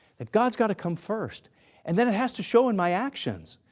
that god's got to come first and then it has to show in my actions.